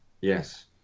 Yes